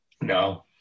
No